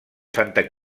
santa